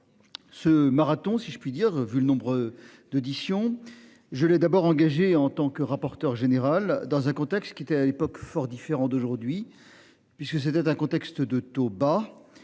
Ce marathon si je puis dire, vu le nombre d'auditions. Je l'ai d'abord engagé en tant que rapporteur général dans un contexte qui était à l'époque fort différent d'aujourd'hui, puisque c'était un contexte de taux bas